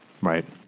right